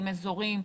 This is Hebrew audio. אזורים,